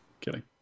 Kidding